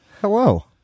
Hello